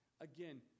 Again